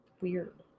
Weird